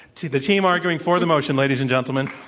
to the team arguing for the motion, ladies and gentlemen.